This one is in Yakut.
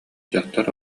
дьахтар